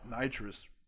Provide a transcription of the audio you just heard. nitrous